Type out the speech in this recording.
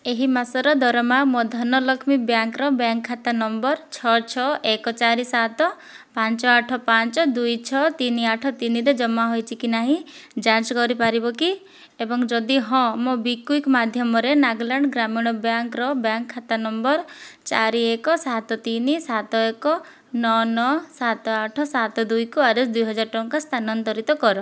ଏହି ମାସର ଦରମା ମୋ ଧନଲକ୍ଷ୍ମୀ ବ୍ୟାଙ୍କ୍ର ବ୍ୟାଙ୍କ୍ ଖାତା ନମ୍ବର୍ ଛଅ ଛଅ ଏକ ଚାରି ସାତ ପାଞ୍ଚ ଆଠ ପାଞ୍ଚ ଦୁଇ ଛଅ ତିନି ଆଠ ତିନିରେ ଜମା ହୋଇଛି କି ନାହିଁ ଯାଞ୍ଚ କରିପାରିବ କି ଏବଂ ଯଦି ହଁ ମୋବିକ୍ଵିକ୍ ମାଧ୍ୟମରେ ନାଗାଲାଣ୍ଡ୍ ଗ୍ରାମୀଣ ବ୍ୟାଙ୍କ୍ର ବ୍ୟାଙ୍କ୍ ଖାତା ନମ୍ବର୍ ଚାରି ଏକ ସାତ ତିନି ସାତ ଏକ ନଅ ନଅ ସାତ ଆଠ ସାତ ଦୁଇକୁ ଆର୍ ଏସ୍ ଦୁଇହଜାର ଟଙ୍କା ସ୍ଥାନାନ୍ତରିତ କର